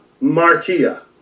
martia